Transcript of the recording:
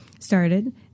Started